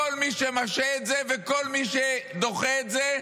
כל מי שמשעה את זה וכל מי שדוחה את זה,